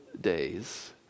days